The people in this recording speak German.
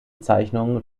zeichnungen